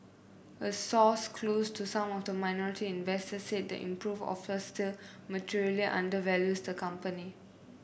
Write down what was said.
a source close to some of the minority investor said the improved offer still materially undervalues the company